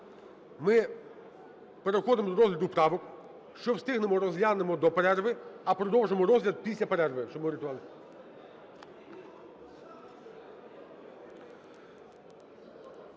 ми переходимо до розгляду правок. Що встигнемо – розглянемо до перерви, а продовжимо розгляд після перерви,